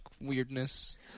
weirdness